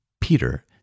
Peter